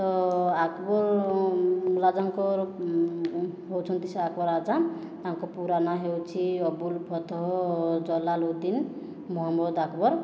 ତ ଆକବର ରାଜାଙ୍କର ହେଉଛନ୍ତି ସେ ଆକବର ରାଜା ତାଙ୍କ ପୁରା ନାଁ ହେଉଛି ଅବୁଲ ଫତହ ଜଲାଲୁଦ୍ଦିନ୍ ମହମ୍ମଦ ଆକବର